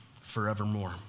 forevermore